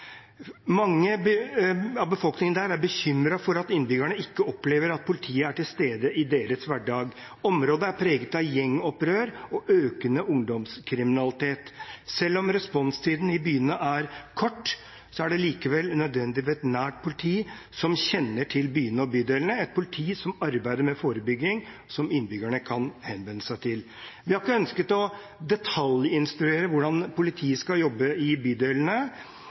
Mange av beboerne der er bekymret og opplever at politiet ikke er til stede i deres hverdag. Området er preget av gjengopprør og økende ungdomskriminalitet. Selv om responstiden i byene er kort, er det likevel nødvendig med et nært politi, som kjenner til byene og bydelene – et politi som arbeider med forebygging, som innbyggerne kan henvende seg til. Vi har ikke ønsket å detaljinstruere hvordan politiet skal jobbe i bydelene.